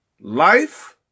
life